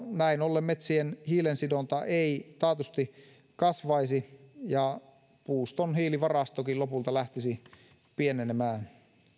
näin ollen metsien hiilensidonta ei taatusti kasvaisi ja puuston hiilivarastokin lopulta lähtisi pienenemään